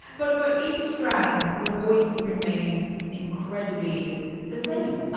but for each strand the voice remained incredibly the same.